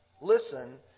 Listen